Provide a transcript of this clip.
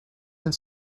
and